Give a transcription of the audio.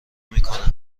میکنه